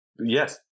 Yes